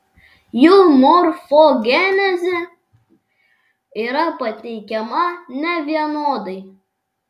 jų morfogenezė yra pateikiama nevienodai